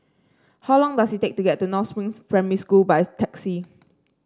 how long does it take to get to North Spring Primary School by taxi